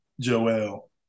joel